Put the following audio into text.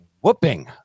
whooping